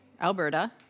Alberta